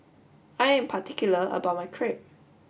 I am particular about my Crepe